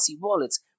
wallets